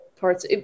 parts